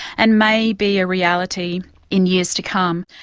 and may be a reality in years to come.